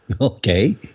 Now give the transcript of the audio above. Okay